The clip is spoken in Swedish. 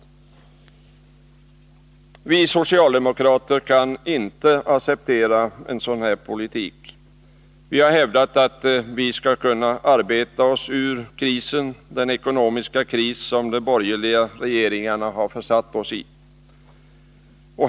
Vi socialdemokrater kan inte acceptera en sådan politik. Vi har hävdat att man skall kunna arbeta sig ur den ekonomiska kris som de borgerliga regeringarna har försatt oss i.